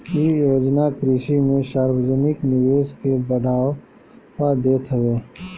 इ योजना कृषि में सार्वजानिक निवेश के बढ़ावा देत हवे